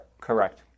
Correct